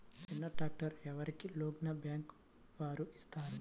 చిన్న ట్రాక్టర్ ఎవరికి లోన్గా బ్యాంక్ వారు ఇస్తారు?